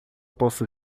posso